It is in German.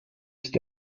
ist